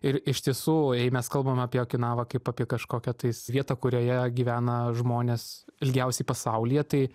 ir iš tiesų jei mes kalbam apie okinavą kaip apie kažkokią tais vietą kurioje gyvena žmonės ilgiausiai pasaulyje tai